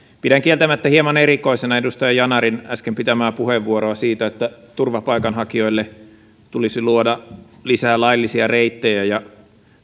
pidän kieltämättä hieman erikoisena edustaja yanarin äsken pitämää puheenvuoroa siitä että turvapaikanhakijoille tulisi luoda lisää laillisia reittejä ja